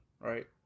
right